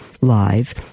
live